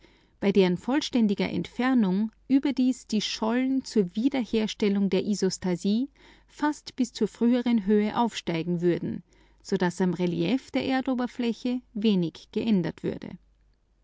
bei deren völliger entfernung überdies die schollen zur wiederherstellung der isostasie fast bis zur früheren höhe aufsteigen würden so daß am relief der erdoberfläche wenig geändert würde